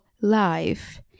life